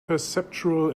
perceptual